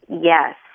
Yes